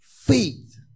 Faith